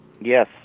Yes